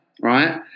right